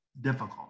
difficult